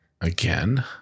Again